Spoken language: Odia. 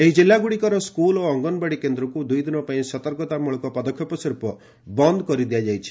ଏହି ଜିଲ୍ଲାଗୁଡ଼ିକର ସ୍କୁଲ ଓ ଅଙ୍ଗନବାଡ଼ି କେନ୍ଦ୍ରକୁ ଦୁଇ ଦିନ ପାଇଁ ସତର୍କତା ମୂଳକ ପଦକ୍ଷେପ ସ୍ୱରୂପ ବନ୍ଦ କରିଦିଆଯାଇଛି